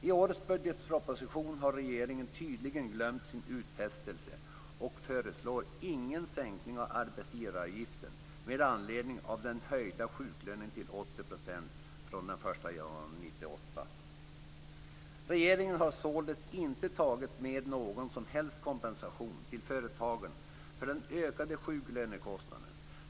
I årets budgetproposition har regeringen tydligen glömt sin utfästelse och föreslår ingen sänkning av arbetsgivaravgiften med anledning av den höjda sjuklönen till 80 % från den 1 januari 1998. Regeringen har således inte tagit med någon som helst kompensation till företagen för den ökade sjuklönekostnaden.